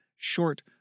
Short